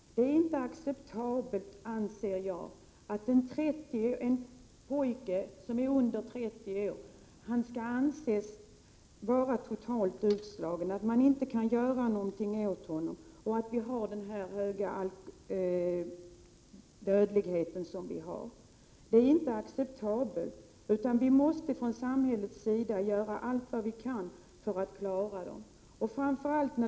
Det är inte acceptabelt, anser jag, att en pojke som är under 30 år skall anses vara totalt utslagen — att man inte kan göra någonting åt honom — och att det är en så hög dödlighet. Vi måste från samhällets sida göra allt vad vi kan för att klara dessa missbrukare.